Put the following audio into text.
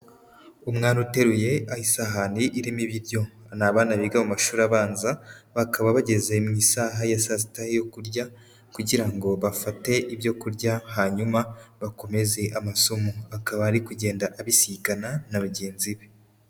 Umwana uteruye isahani irimo ibiryo ni abana biga mu mashuri abanza bakaba bageze mu isaha ya saa sita yo kurya kugira ngo bafate ibyo kurya hanyuma bakomeze amasomo. Akaba ari kugenda abisikana na bagenzi be.